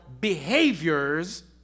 behaviors